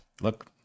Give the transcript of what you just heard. look